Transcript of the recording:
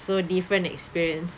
so different experience